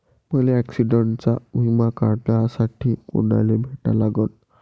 मले ॲक्सिडंटचा बिमा काढासाठी कुनाले भेटा लागन?